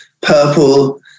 purple